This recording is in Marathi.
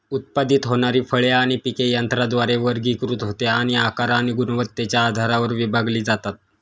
उत्पादित होणारी फळे आणि पिके यंत्राद्वारे वर्गीकृत होते आणि आकार आणि गुणवत्तेच्या आधारावर विभागली जातात